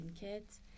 kids